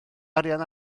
arian